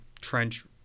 trench